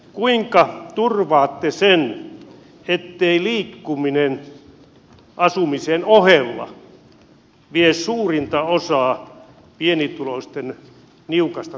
kuinka turvaatte sen ettei liikkuminen asumisen ohella vie suurinta osaa pienituloisten niukasta toimeentulosta